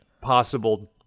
possible